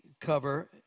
cover